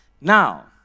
Now